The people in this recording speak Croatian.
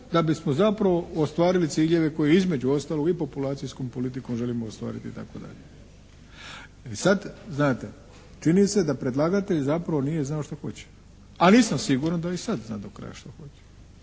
da bismo zapravo ostvarili ciljeve koje između ostalog i populacijskom politikom želimo ostvariti itd. Sad znate, čini se da predlagatelj zapravo nije znao što hoće, ali nisam siguran da i sada zna do kraja što hoće